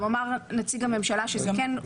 גם אמר נציג הממשלה שגם כן הופץ תזכיר.